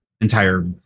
entire